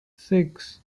six